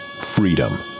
freedom